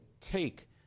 take